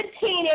teenage